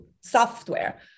software